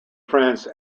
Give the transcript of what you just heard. france